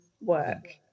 work